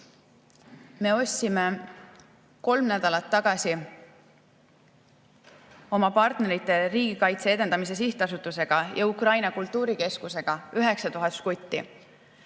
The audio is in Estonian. Me ostsime kolm nädalat tagasi oma partnerite, Riigikaitse Edendamise Sihtasutusega ja Ukraina Kultuurikeskusega 9000 žgutti.